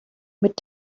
mit